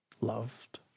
loved